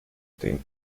team